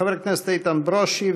חבר הכנסת איתן ברושי,